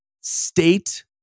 state